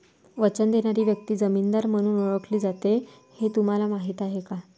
वचन देणारी व्यक्ती जामीनदार म्हणून ओळखली जाते हे तुम्हाला माहीत आहे का?